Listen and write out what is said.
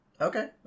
Okay